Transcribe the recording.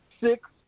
six